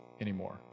anymore